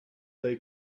they